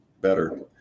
better